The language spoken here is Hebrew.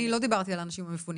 אני לא דיברתי על האנשים המפונים,